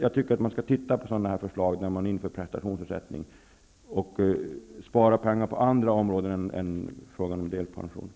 Jag tycker att man skall se på förslaget att införa prestationsersättning och samtidigt undersöka möjligheterna att spara in pengar på andra områden än i fråga om delpensionen.